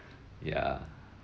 ya